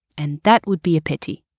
and that would be a pity.